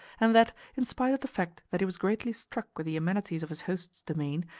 and that, in spite of the fact that he was greatly struck with the amenities of his host's domain,